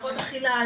הפרעות אכילה,